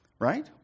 right